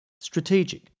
strategic